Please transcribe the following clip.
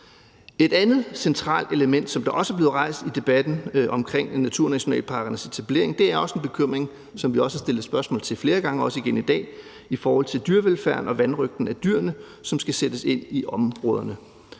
Et andet centralt element, som også er blevet rejst i debatten omkring naturnationalparkernes etablering, er også en bekymring, som vi har stillet spørgsmål om flere gange, også igen i dag, nemlig i forhold til dyrevelfærden og vanrøgten af de dyr, som skal sættes ind i områderne.